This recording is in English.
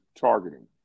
targeting